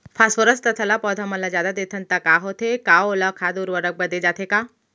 Phosphorus तथा ल पौधा मन ल जादा देथन त का होथे हे, का ओला खाद उर्वरक बर दे जाथे का?